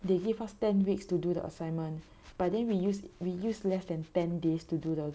they gave us ten weeks to do the assignment but then we use we use less than ten days to do the